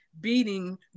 beating